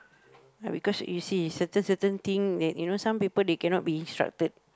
right because you see certain certain thing that you know some people they cannot be instructed